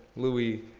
louis,